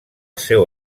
seu